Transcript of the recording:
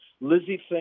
Lizzie